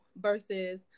versus